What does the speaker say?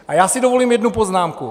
A já si dovolím jednu poznámku.